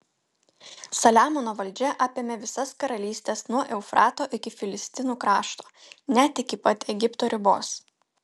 saliamono valdžia apėmė visas karalystes nuo eufrato iki filistinų krašto net iki pat egipto ribos